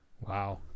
Wow